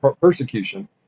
persecution